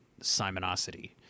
Simonosity